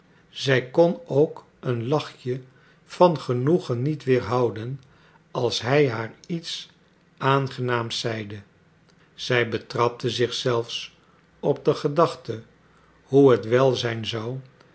zij kon ook een lachje van genoegen niet weerhouden als hij haar iets aangenaams zeide zij betrapte zich zelfs op de gedachte hoe het wel